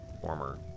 former